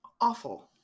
Awful